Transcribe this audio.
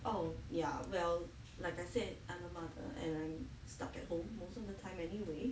oh ya well like I said I'm a mother and stuck at home most of the time anyway